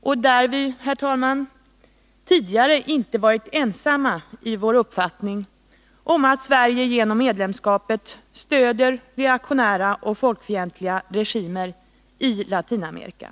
Vi har, herr talman, tidigare inte varit ensamma i vår uppfattning att Sverige genom medlemskapet stöder reaktionära och folkfientliga regimer i Latinamerika.